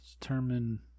determine